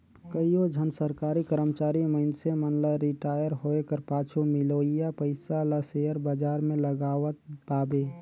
कइयो झन सरकारी करमचारी मइनसे मन ल रिटायर होए कर पाछू मिलोइया पइसा ल सेयर बजार में लगावत पाबे